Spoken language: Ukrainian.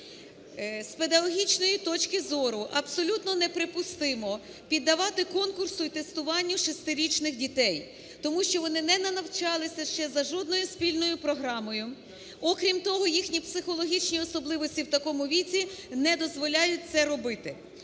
З педагогічної точки зору, абсолютно неприпустимо піддавати конкурсу і тестуванню шестирічних дітей. Тому що вони не навчалися ще за жодною спільною програмою. Окрім того, їхні психологічні особливості в такому віці не дозволяють це робити.